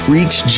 Reach